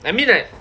I mean like